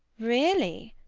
really?